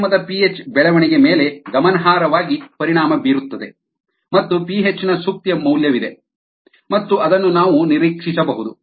ಮಾಧ್ಯಮದ ಪಿಎಚ್ ಬೆಳವಣಿಗೆ ಮೇಲೆ ಗಮನಾರ್ಹವಾಗಿ ಪರಿಣಾಮ ಬೀರುತ್ತದೆ ಮತ್ತು ಪಿಹೆಚ್ ನ ಸೂಕ್ತ ಮೌಲ್ಯವಿದೆ ಮತ್ತು ಅದನ್ನು ನಾವು ನಿರೀಕ್ಷಿಸಬಹುದು